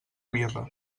mirra